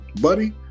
buddy